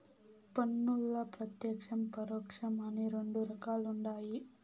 పన్నుల్ల ప్రత్యేక్షం, పరోక్షం అని రెండు రకాలుండాయి